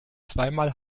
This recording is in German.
zweimal